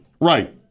Right